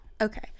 Okay